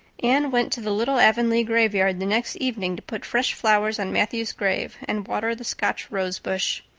anne went to the little avonlea graveyard the next evening to put fresh flowers on matthew's grave and water the scotch rosebush.